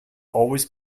always